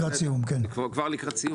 כמה שאפשר.